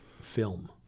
film